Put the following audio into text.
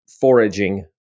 foraging